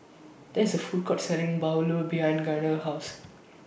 There IS A Food Court Selling Bahulu behind Gaynell's House